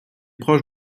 proche